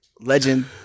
legend